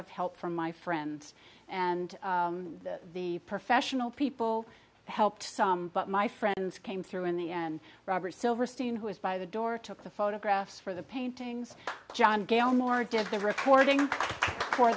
of help from my friends and the professional people that helped some but my friends came through in the end robert silverstein who is by the door took the photographs for the paintings john gale moore did the recording for